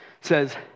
says